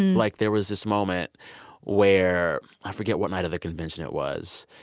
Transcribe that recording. like there was this moment where i forget what night of the convention it was.